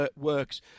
works